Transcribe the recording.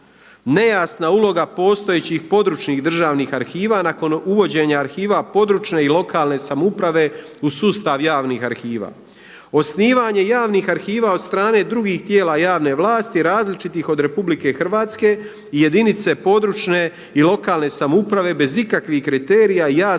Nejasna uloga postojećih područnih državnih arhiva nakon uvođenja arhiva područne i lokalne samouprave u sustav javnih arhiva. Osnivanje javnih arhiva od strane drugih tijela javne vlasti različitih od Republike Hrvatske i jedinice područne i lokalne samouprave bez ikakvih kriterija, jasne